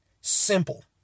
Simple